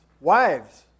Wives